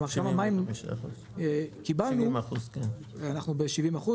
כלומר שהמים קיבלנו אנחנו ב-70%,